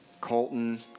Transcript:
Colton